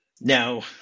now